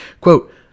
quote